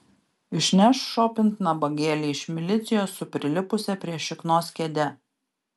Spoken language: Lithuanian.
išneš šopint nabagėlį iš milicijos su prilipusia prie šiknos kėde